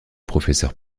professeur